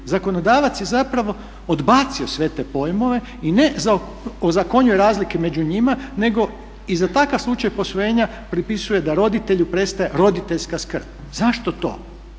zakonodavac je odbacio sve te pojmove i ozakonjuje razlike među njima nego i za takav slučaj posvojenja pripisuje da roditelju prestaje roditeljska skrb. Zašto to?